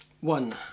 one